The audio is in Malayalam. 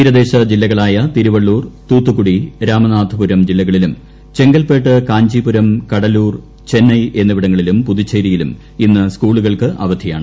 തീരദേശ ജില്ലകളായ തിരുവള്ളൂർ തൂത്തുക്കുടി രാമനാഥപുരം ജില്ലകളിലും ചെങ്കൽപ്പേട്ട് കാഞ്ചീപുരം കഡലൂർ ചെന്നൈ എന്നിവിടങ്ങളിലും പുതുച്ചേരിയിലും ഇന്ന് സ്കൂളുകൾക്ക് അവധിയാണ്